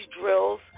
drills